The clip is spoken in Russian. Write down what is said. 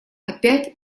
опять